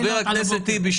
חבר הכנסת טיבי,